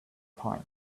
time